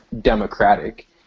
democratic